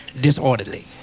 disorderly